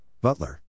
Butler